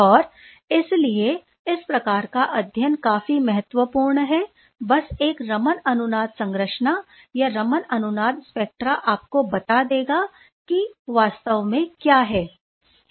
और इसलिए इस प्रकार का अध्ययन काफी महत्वपूर्ण है बस एक रमन अनुनाद संरचना या रमन अनुनाद स्पेक्ट्रा आपको बता देगा कि वास्तव में क्या है